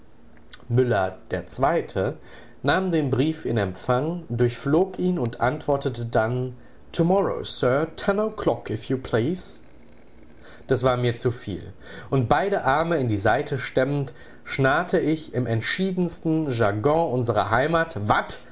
müller ii nahm den brief in empfang durchflog ihn und antwortete dann tomorrow sir ten o'clock if you please das war mir zuviel und beide arme in die seite stemmend schnarrte ich im entschiedensten jargon unserer heimat wat